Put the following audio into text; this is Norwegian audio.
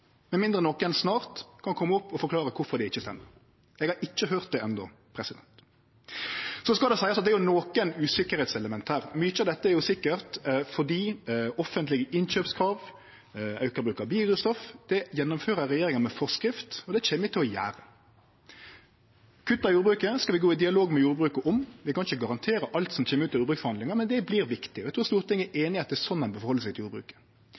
snart kan kome opp og forklare kvifor det ikkje stemmer. Eg har ikkje høyrt det enno. Så skal det seiast at det er nokre usikkerheitselement her. Men mykje av dette er sikkert, for offentlege innkjøpskrav og auka bruk av biodrivstoff gjennomfører regjeringa ved forskrift, og det kjem vi til å gjere. Kutta i jordbruket skal vi gå i dialog med jordbruket om. Vi kan ikkje garantere alt som kjem ut av jordbruksforhandlingar, men det vert viktig. Eg trur Stortinget er